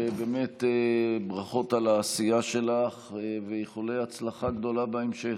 ובאמת ברכות על העשייה שלך ואיחולי הצלחה גדולה בהמשך.